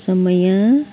समय